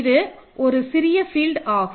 இது சிறிய ஃபீல்ட் ஆகும்